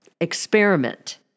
Experiment